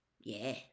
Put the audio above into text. Yeah